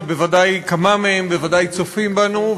שכמה מהם בוודאי צופים בנו,